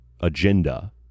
agenda